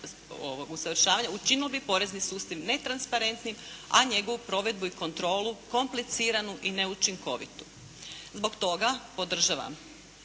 učinilo bi porezni sustav netransparentnim a njegovu provedbu i kontrolu kompliciranu i neučinkovitu. Zbog toga podržavam